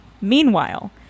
Meanwhile